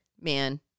man